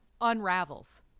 unravels